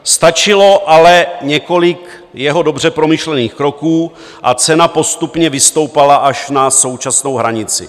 Stačilo ale několik jeho dobře promyšlených kroků a cena postupně vystoupala až na současnou hranici.